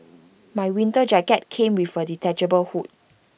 my winter jacket came with A detachable hood